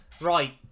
Right